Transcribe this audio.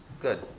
good